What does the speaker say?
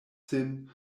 sin